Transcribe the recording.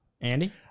Andy